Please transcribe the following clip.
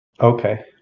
okay